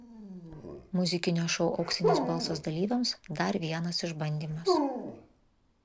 muzikinio šou auksinis balsas dalyviams dar vienas išbandymas